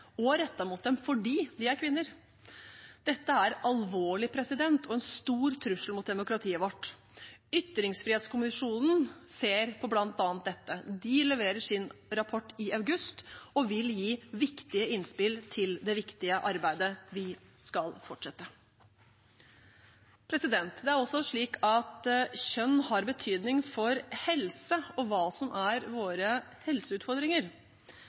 og rettet mot dem fordi de er kvinner. Dette er alvorlig og en stor trussel mot demokratiet vårt. Ytringsfrihetskommisjonen ser på bl.a. dette. De leverer sin rapport i august og vil gi viktige innspill til det viktige arbeidet vi skal fortsette. Det er også slik at kjønn har betydning for helse og hva som er våre helseutfordringer.